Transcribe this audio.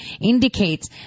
indicates